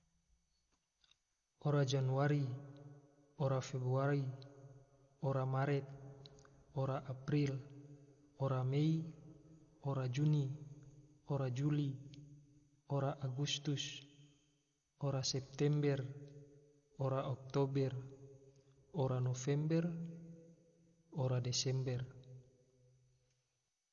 Ora januari, ora februari, ora maret, ora april, ora mei, ora juni, ora juli, ora agustus, ora september, ora oktober, ora november, ora desember